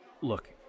Look